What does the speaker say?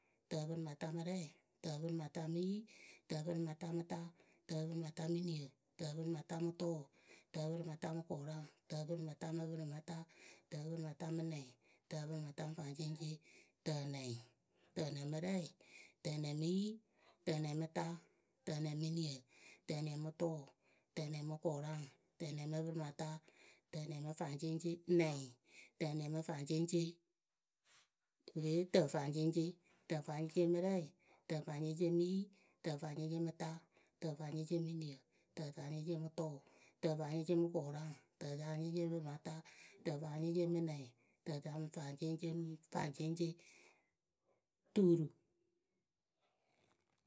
tǝpɨrɩmata mɨ rɛɩ, tǝpɨrɩmata mɨ yi, tǝpɨrɩmata mɨ ta, tǝpɨrɩmata mɨ niǝ, tǝpɨrɩmata mɨ tʊʊ. tǝpɨrɩmata mɨ kʊraŋ, tǝpɨrɩmata mɨ pɨrɩmata, tǝpɨrɩmata mɨ nɛŋ, tǝpɨrɩmata mɨ faŋceŋceŋ,. tǝnɛŋ, tǝnɛŋ mɨ rɛ, tǝnɛŋ mɨ yi, tǝnɛŋ mɨ ta, tǝnɛŋ mɨ niǝ, tǝnɛŋ mɨ tʊʊ tǝnɛŋ kʊraŋ, tǝnɛŋ mɨ pɨrɩmata, tǝnɛŋ mɨ faŋceŋceŋ nɛŋ, tǝnɛŋ mɨ faŋceŋceŋ. wɨ le yee tǝfaŋfaŋceŋ, tǝfaŋfaŋceŋ mɨ rɛ, tǝfaŋfaŋceŋ mɨ yi, tǝfaŋfaŋceŋ mɨ ta. tǝfaŋfaŋceŋ mɨ niǝ, tǝfaŋfaŋceŋ mɨ tʊʊ, tǝfaŋfaŋceŋ mɨ kʊraŋ, tǝfaŋfaŋceŋ mɨ pɨrɩmata, tǝfaŋfaŋceŋ mɨ nɛŋ, tǝta mɨ faŋfaŋceŋ mɨ faŋfaŋceŋ tuuru.